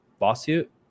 lawsuit